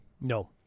No